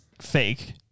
fake